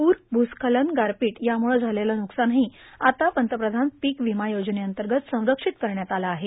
पूर भूस्खलन गारपीट यामुळं झालेलं बुकसानही आता पंतप्रधान पिक विमा योजनेअंतर्गत संरक्षित करण्यात आलं आहे